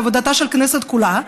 על עבודתה של הכנסת כולה,